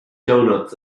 donuts